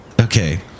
Okay